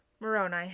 Moroni